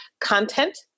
content